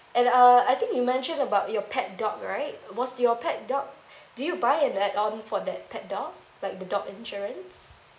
and uh I think you mentioned about your pet dog right was your pet dog do you buy an add on for that pet dog like the dog insurance